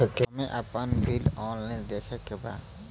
हमे आपन bill online देखे के बा?